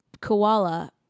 koala